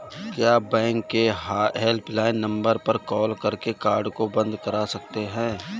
क्या बैंक के helpline number पर कॉल करके कार्ड को बंद करा सकते हैं?